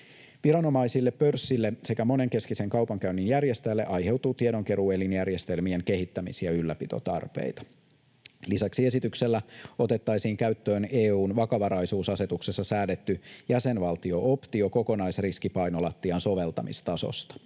Viranomaisille, pörssille sekä monenkeskisen kaupankäynnin järjestäjälle aiheutuu tiedonkeruuelinjärjestelmien kehittämis- ja ylläpitotarpeita. Lisäksi esityksellä otettaisiin käyttöön EU:n vakavaraisuusasetuksessa säädetty jäsenvaltio-optio kokonaisriskipainolattian soveltamistasosta.